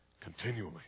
continually